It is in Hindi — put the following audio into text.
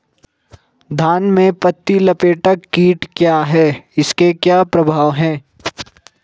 धान में पत्ती लपेटक कीट क्या है इसके क्या प्रभाव हैं?